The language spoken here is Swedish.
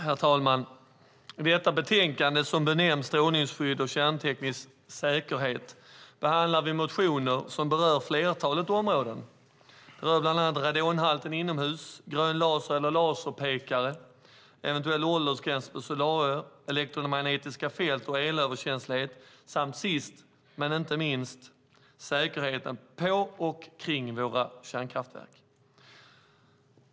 Herr talman! I detta betänkande som benämns Strålningsskydd och kärnteknisk säkerhet behandlar vi motioner som berör ett flertal områden. Det rör bland annat radonhalten inomhus, grön laser och laserpekare, eventuell åldergräns på solarier, elektromagnetiska fält och elöverkänslighet och sist men inte minst säkerheten på och kring våra kärnkraftverk.